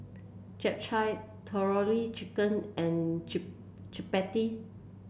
Japchae Tandoori Chicken and Chapati